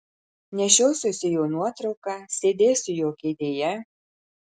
nešiosiuosi jo nuotrauką sėdėsiu jo kėdėje